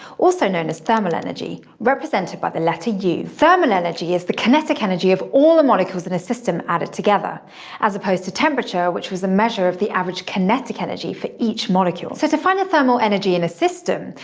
also known as thermal energy, represented by the letter u. thermal energy is the kinetic energy of all the molecules in a system added together as opposed to temperature, which was a measure of the average kinetic energy for each molecule. so to find the thermal energy in a system,